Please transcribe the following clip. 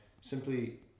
simply